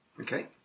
Okay